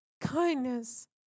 kindness